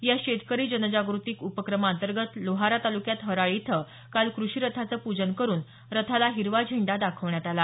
या शेतकरी जनजाग्रती उपक्रमांतर्गत लोहारा तालुक्यात हराळी इथं काल कृषी रथाचं पूजन करून रथाला हिरवा झेंडा दाखवण्यात आला